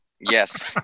Yes